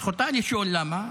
זכותה לשאול למה.